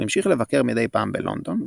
הוא המשיך לבקר מדי פעם בלונדון,